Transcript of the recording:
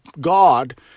God